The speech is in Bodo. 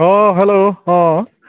अह हेलौ अह